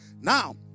Now